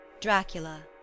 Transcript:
Dracula